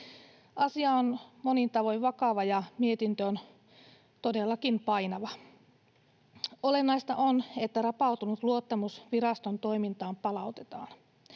Asia on monin tavoin vakava, ja mietintö on todellakin painava. Olennaista on, että rapautunut luottamus viraston toimintaan palautetaan.